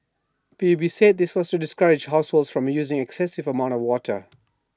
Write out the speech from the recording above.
P U B said this was discourage households from using excessive amounts of water